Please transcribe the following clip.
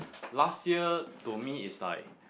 last year to me is like